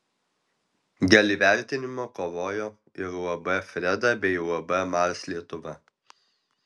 dėl įvertinimo kovojo ir uab freda bei uab mars lietuva